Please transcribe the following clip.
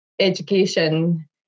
education